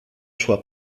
sua